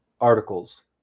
articles